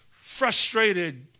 frustrated